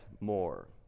more